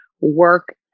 work